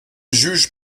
juge